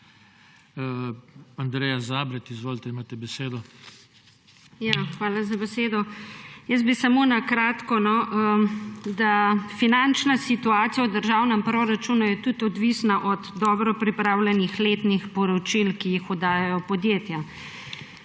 Andreja Zabret, izvolite, imate besedo. **ANDREJA ZABRET (PS LMŠ):** Hvala za besedo. Jaz bi samo na kratko. Finančna situacija v državnem proračunu je tudi odvisna od dobro pripravljenih letnih poročil, ki jih oddajajo podjetja.